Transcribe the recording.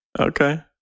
Okay